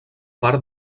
part